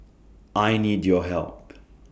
I need your help